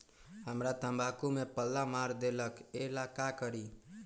हमरा तंबाकू में पल्ला मार देलक ये ला का करी?